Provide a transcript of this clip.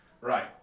Right